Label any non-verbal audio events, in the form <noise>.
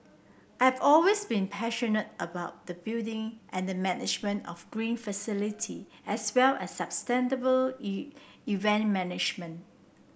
I have always been passionate about the building and the management of green facility as well as sustainable <unintelligible> event management